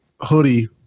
hoodie